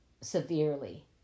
severely